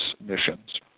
missions